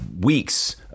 weeks